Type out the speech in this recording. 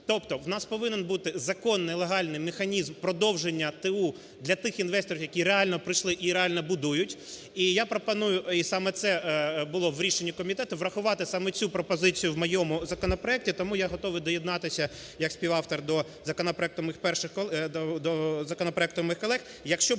Тобто у нас повинен бути законний, легальний механізм продовження ТУ для тих інвесторів, які реально прийшли і реально будують. І я пропоную - і саме це було в рішенні комітету, - врахувати саме цю пропозицію в моєму законопроекті. Тому я готовий доєднатися як співавтор до законопроекту моїх колег, якщо буде